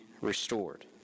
restored